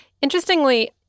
Interestingly